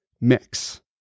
mix